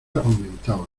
aumentaban